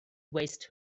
waste